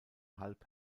halb